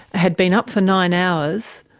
had been up for nine hours.